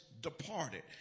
departed